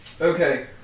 Okay